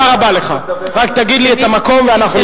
תודה רבה לך, רק תגיד לי את המקום ואנחנו נתייצב.